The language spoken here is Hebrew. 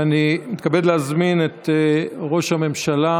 ואני מתכבד להזמין את ראש הממשלה